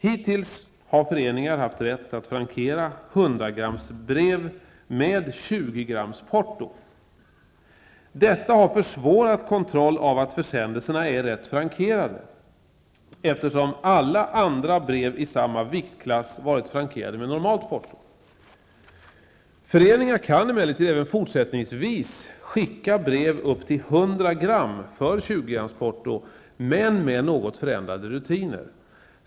Hittills har föreningar haft rätt att frankera 100 grams brev med 20-grams porto. Detta har försvårat kontroll av att försändelserna är rätt frankerade, eftersom alla andra brev i samma viktklass varit frankerade med normalt porto. Föreningar kan emellertid även fortsättningsvis skicka brev upp till 100 gram för 20-grams porto, men med något förändrade rutiner.